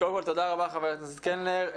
קודם כל תודה, חבר הכנסת קלנר.